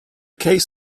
case